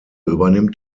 übernimmt